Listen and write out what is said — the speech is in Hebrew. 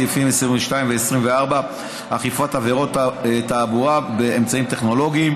סעיפים 22 ו-24 (אכיפת עבירות תעבורה באמצעים טכנולוגיים).